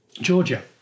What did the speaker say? Georgia